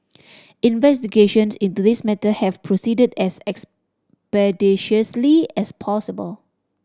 investigations into this matter have proceeded as expeditiously as possible